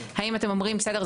האם אתם אומרים בסדר,